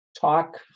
talk